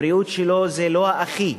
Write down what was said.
והבריאות שלו לא הכי.